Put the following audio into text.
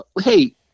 hey